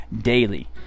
daily